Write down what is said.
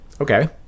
Okay